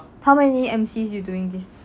how many M_C you doing this sem